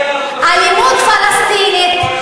אלימות פלסטינית,